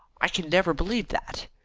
i can never believe that.